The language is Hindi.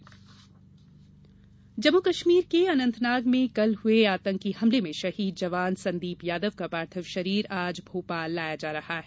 शहीद जम्मू कश्मीर के अनंतनाग में कल हुए आतंकी हमले में शहीद जवान संदीप यादव का पार्थिव शरीर आज भोपाल लाया जा रहा है